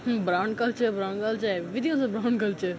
brown culture brown culture everything also brown culture